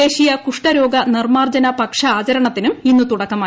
ദേശീയ കുഷ്ഠരോഗ നിർമ്മാർജ്ജന പക്ഷാചരണത്തിനും ഇന്ന് തുടക്കമായി